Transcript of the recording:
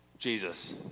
Jesus